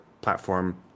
platform